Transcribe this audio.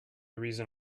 reason